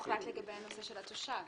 לגבי ההערה של שב"ס?